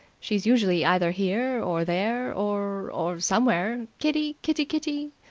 she's usually either here or there, or or somewhere. kitty, kitty, kitty!